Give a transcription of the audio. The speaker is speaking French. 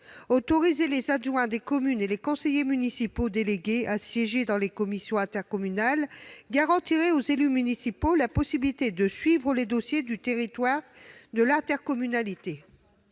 Autoriser les adjoints des communes et les conseillers municipaux délégués à siéger dans les commissions intercommunales garantirait aux élus municipaux la possibilité de suivre les dossiers du territoire de l'intercommunalité